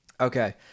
Okay